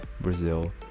Brazil